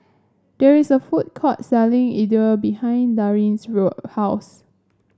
there is a food court selling Idili behind Darrin's road house